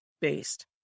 based